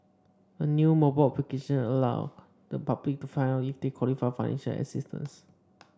a new mobile application allow the public to find out if they qualify for financial assistance